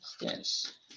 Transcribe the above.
Yes